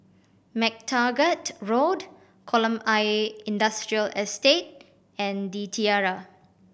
MacTaggart Road Kolam Ayer Industrial Estate and The Tiara